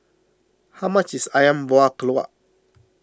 how much is Ayam Buah Keluak